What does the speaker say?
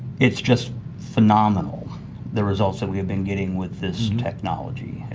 it's just phenomenal the results that we've been getting with this technology.